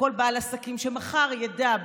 שכל בעל עסקים מחר ידע,